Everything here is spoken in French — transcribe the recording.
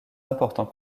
important